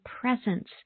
presence